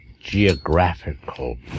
geographical